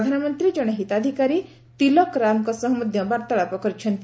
ପ୍ରଧାନମନ୍ତ୍ରୀ ଜଣେ ହିତାଧିକାରୀ ତିଲକରାମଙ୍କ ସହ ମଧ୍ୟ ବାର୍ତ୍ତାଳାପ କରିଛନ୍ତି